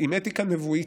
עם אתיקה נבואית.